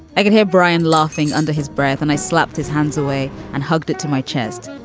i could hear brian laughing under his breath, and i slapped his hands away and hugged it to my chest.